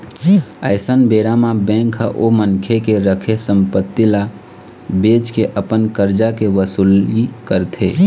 अइसन बेरा म बेंक ह ओ मनखे के रखे संपत्ति ल बेंच के अपन करजा के वसूली करथे